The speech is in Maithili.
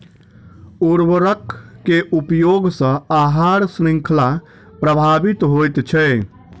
उर्वरक के उपयोग सॅ आहार शृंखला प्रभावित होइत छै